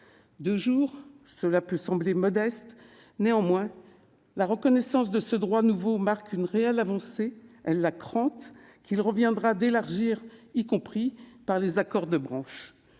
Deux jours, cela peut sembler modeste ; néanmoins, la reconnaissance de ce droit nouveau marque une réelle avancée, qu'il conviendra d'étendre, y compris par les accords de branche.